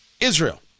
Israel